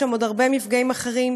יש שם עוד הרבה מפגעים אחרים,